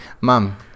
mom